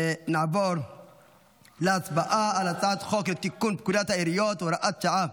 נעבור להצבעה על הצעת חוק לתיקון פקודת העיריות (הוראת שעה,